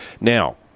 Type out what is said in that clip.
Now